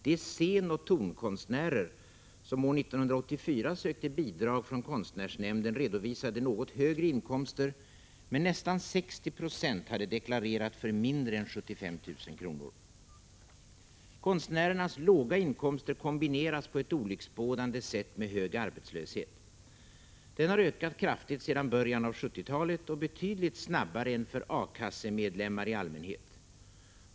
De scenoch tonkonstnärer som år 1984 sökte bidrag från konstnärsnämnden redovisade något högre inkomster, men nästan 60 96 hade deklarerat för mindre än 75 000 kr. Konstnärernas låga inkomster kombineras på ett olycksbådande sätt med hög arbetslöshet. Den har ökat kraftigt sedan början av 1970-talet — och dessutom betydligt snabbare än för A-kassemedlemmar i allmänhet.